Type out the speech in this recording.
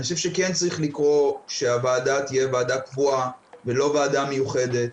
כן צריך לקרוא לכך שהוועדה תהיה ועדה קבועה ולא ועדה מיוחדת.